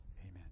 Amen